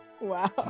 Wow